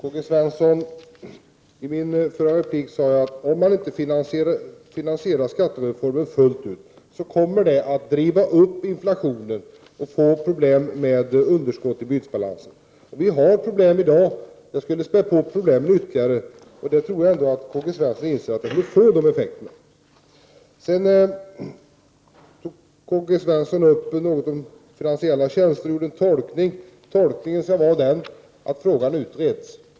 Fru talman! I min förra replik sade jag, Karl-Gösta Svenson, att om man inte finansierar skattereformen fullt ut kommer det att driva upp inflationen och medföra problem med underskott i bytesbalansen. Det finns problem i dag, och detta skulle spä på problemen ytterligare. Jag tror att Karl-Gösta Svenson inser att det skulle bli sådana effekter. Sedan tog Karl-Gösta Svenson upp frågan om finansiella tjänster och gjorde den tolkningen att frågan utreds.